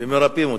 ומרפאים אותם.